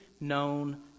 known